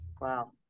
Wow